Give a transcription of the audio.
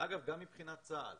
אגב, גם מבחינת צה"ל